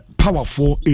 powerful